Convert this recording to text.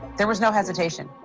there was no hesitation.